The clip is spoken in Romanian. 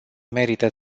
merită